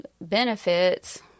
benefits